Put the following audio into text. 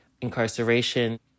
incarceration